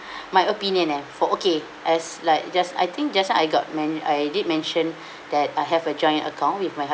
my opinion eh for okay as like just I think just now I got men~ I did mention that I have a joint account with my